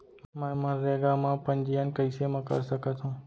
मैं मनरेगा म पंजीयन कैसे म कर सकत हो?